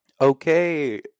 Okay